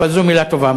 אבל זו מילה טובה,